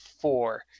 four